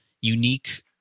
unique